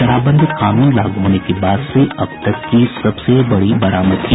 शराबबंदी कानून लागू होने के बाद से अब तक की सबसे बड़ी बरामदगी